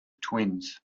twins